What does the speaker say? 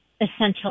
essential